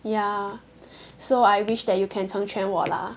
ya so I wish that you can 成全我 lah